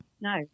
no